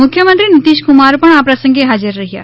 મુખ્યમંત્રી નીતીશકુમાર પણ આ પ્રસંગે હાજર રહેશે